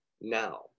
now